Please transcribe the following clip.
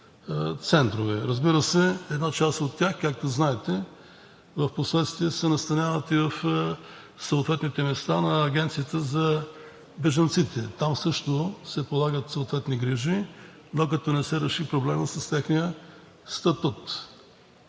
центрове. Разбира се, една част от тях, както знаете, впоследствие се настаняват и в съответните места на Агенцията за бежанците. Там също се полагат съответни грижи, докато не се реши проблемът с техния статут.